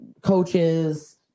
coaches